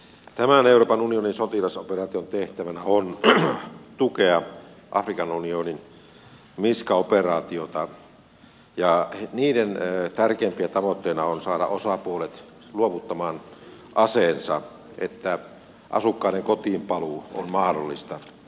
tämän euroopan unionin sotilasoperaation tehtävänä on tukea afrikan unionin misca operaatiota ja sen tärkeimpiä tavoitteita on saada osapuolet luovuttamaan aseensa jotta asukkaiden kotiinpaluu on mahdollista